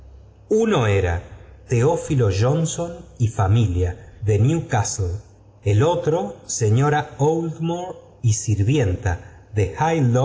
uño era teófilo johnson y familia de newcastle ei otro señora oldmore y sirvienta de